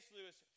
Lewis